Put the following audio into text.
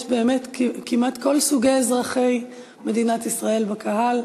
כמעט כל סוגי אזרחי מדינת ישראל נמצאים בקהל.